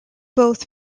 both